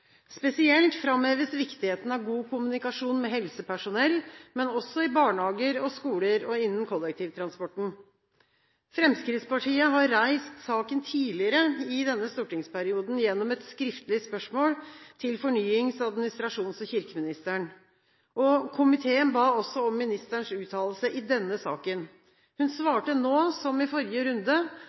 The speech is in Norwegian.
Spesielt framheves viktigheten av god kommunikasjon med helsepersonell, men også i barnehager og skoler og innen kollektivtransporten. Fremskrittspartiet har reist saken tidligere i denne stortingsperioden, gjennom et skriftlig spørsmål til fornyings-, administrasjons- og kirkeministeren. Komiteen ba også om ministerens uttalelse i denne saken. Hun svarte nå, som i forrige runde,